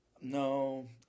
No